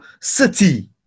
City